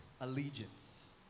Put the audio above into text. allegiance